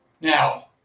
Now